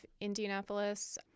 Indianapolis